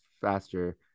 faster